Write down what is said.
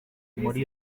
muri